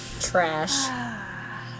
Trash